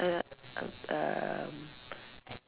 err